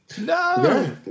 No